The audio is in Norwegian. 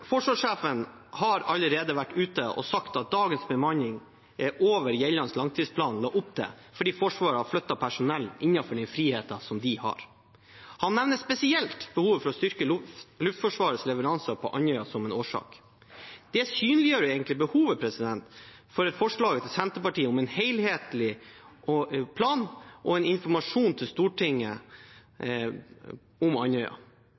Forsvarssjefen har allerede vært ute og sagt at dagens bemanning er over det gjeldende langtidsplan la opp til, fordi Forsvaret har flyttet personell innenfor den friheten de har. Han nevner spesielt behovet for å styrke Luftforsvarets leveranser på Andøya som en årsak. Det synliggjør egentlig behovet for forslaget fra Senterpartiet om en helhetlig plan og en informasjon til Stortinget om Andøya.